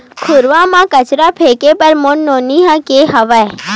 घुरूवा म कचरा फेंके बर मोर नोनी ह गे हावय